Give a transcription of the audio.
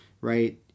right